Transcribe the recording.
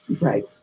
Right